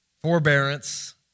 forbearance